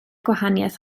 gwahaniaeth